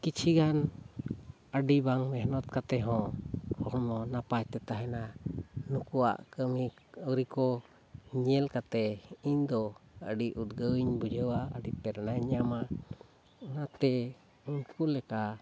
ᱠᱤᱪᱷᱩ ᱜᱟᱱ ᱟᱹᱰᱤ ᱵᱟᱝ ᱢᱮᱦᱱᱚᱛ ᱠᱟᱛᱮ ᱦᱚᱸ ᱦᱚᱲᱢᱚ ᱱᱟᱯᱟᱭ ᱛᱮ ᱛᱟᱦᱮᱱᱟ ᱱᱩᱠᱩᱣᱟᱜ ᱠᱟᱹᱢᱤ ᱟᱣᱨᱤᱠᱚ ᱧᱮᱞ ᱠᱟᱛᱮ ᱤᱧ ᱫᱚ ᱟᱹᱰᱤ ᱩᱫᱽᱜᱟᱹᱣ ᱤᱧ ᱵᱩᱡᱷᱟᱹᱣᱟ ᱟᱹᱰᱤ ᱯᱮᱨᱮᱱᱟᱧ ᱧᱟᱢᱟ ᱚᱱᱟᱛᱮ ᱩᱱᱠᱩ ᱞᱮᱠᱟ